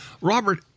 Robert